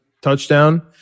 touchdown